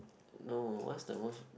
no what's the most